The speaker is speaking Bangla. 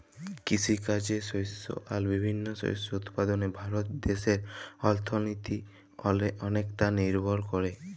কিসিকাজে শস্য আর বিভিল্ল্য শস্য উৎপাদলে ভারত দ্যাশের অথ্থলিতি অলেকট লিরভর ক্যরে